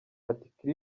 ati